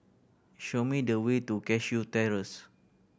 show me the way to Cashew Terrace